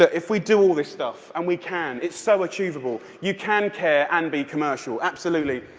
ah if we do all this stuff, and we can, it's so achievable. you can care and be commercial. absolutely.